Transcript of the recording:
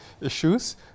issues